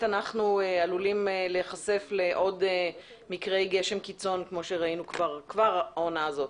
אנחנו עלולים להיחשף לעוד מקרי גשם קיצון כמו שכבר ראינו בעונה הזאת.